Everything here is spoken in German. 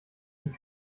die